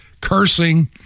cursing